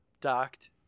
docked